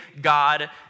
God